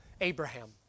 Abraham